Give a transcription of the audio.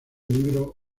libro